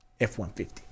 F-150